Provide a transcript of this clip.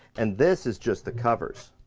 and this is just the covers.